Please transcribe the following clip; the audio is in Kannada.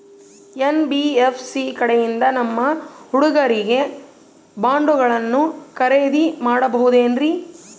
ಎನ್.ಬಿ.ಎಫ್.ಸಿ ಕಡೆಯಿಂದ ನಮ್ಮ ಹುಡುಗರಿಗಾಗಿ ಬಾಂಡುಗಳನ್ನ ಖರೇದಿ ಮಾಡಬಹುದೇನ್ರಿ?